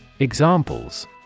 Examples